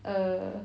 err